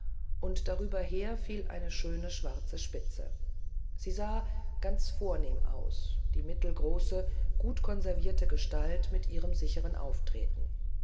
und darüber her fiel eine schöne schwarze spitze sie sah ganz vornehm aus die mittelgroße gut konservierte gestalt mit ihrem sicheren auftreten